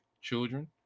children